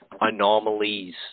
anomalies